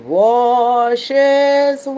washes